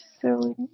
silly